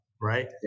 right